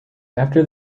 after